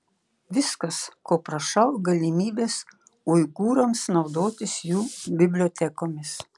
viskas ko prašau galimybės uigūrams naudotis jų bibliotekomis